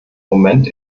moment